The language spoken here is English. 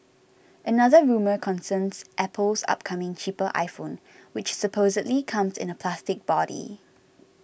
another rumour concerns Apple's upcoming cheaper iPhone which supposedly comes in a plastic body